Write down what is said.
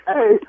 Hey